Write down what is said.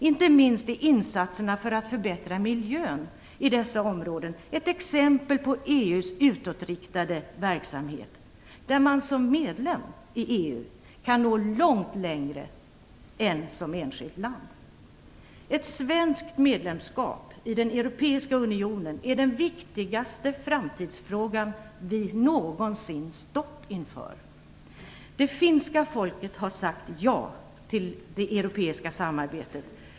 Inte minst är insatserna för att förbättra miljön i dessa områden ett exempel på EU:s utåtriktade verksamhet. Och som medlem i EU kan man nå långt längre än som enskilt land. Ett svenskt medlemskap i den europeiska unionen är den viktigaste framtidsfråga som vi någonsin stått inför. Det finska folket har sagt ja till det europeiska samarbetet.